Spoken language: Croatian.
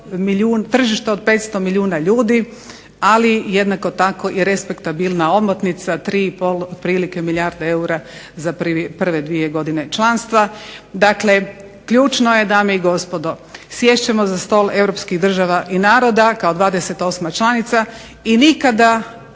tržište od 500 milijuna ljudi, ali jednako tako i respektabilna omotnica 3,5 otprilike milijarde eura za prve dvije godine članstva. Dakle, ključno je dame i gospodo sjest ćemo za stol europskih država i naroda kao 28. članica i nikada